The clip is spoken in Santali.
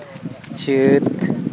ᱪᱟᱹᱛ